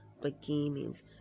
beginnings